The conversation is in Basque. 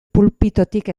pulpitutik